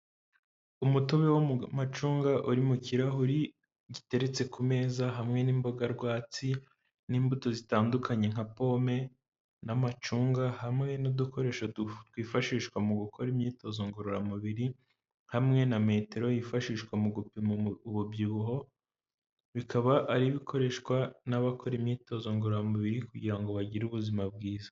umutobe wo macunga uri mu kirahuri giteretse ku meza hamwe n'imboga rwatsi n'imbuto zitandukanye nka pome n'amacunga, hamwe n' udukoresho twifashishwa mu gukora imyitozo ngororamubiri, hamwe na metero yifashishwa mu gupima umubyibuho, bikaba ari ibikoreshwa n'abakora imyitozo ngororamubiri kugira ngo bagire ubuzima bwiza.